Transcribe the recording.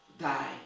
die